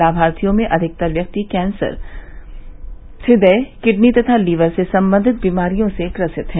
लामार्थियों में अधिकतर व्यक्ति कैंसर इदय किडनी तथा लीवर से सम्बंधित बीमारियों से ग्रसित हैं